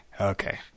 Okay